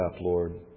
Lord